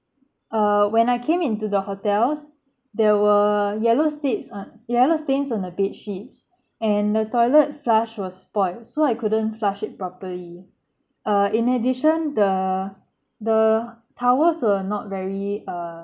uh when I came into the hotels there were yellow states on yellow stains on the bedsheets and the toilet flush was spoilt so I couldn't flush it properly uh in addition the the towels were not very uh